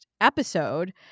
episode